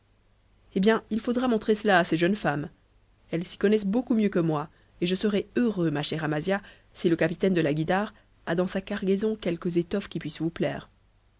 eh bien il faudra montrer cela à ces jeunes femmes elles s'y connaissent beaucoup mieux que moi et je serai heureux ma chère amasia si le capitaine de la guïdare a dans sa cargaison quelques étoffes qui puissent vous plaire